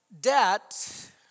Debt